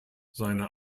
seine